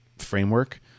framework